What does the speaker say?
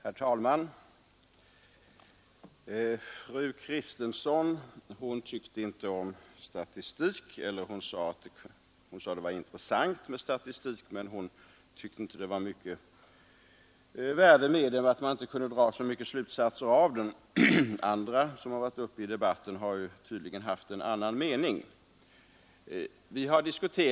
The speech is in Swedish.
Herr talman! Fru Kristensson sade att det var intressant med statistik, men hon tyckte ändå inte att det var så stort värde med den, eftersom man inte kunde dra så många slutsatser av den. Andra som deltagit i denna debatt har tydligen varit av annan mening i det fallet.